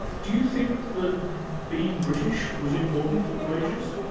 do you think that being british was important for pelagius?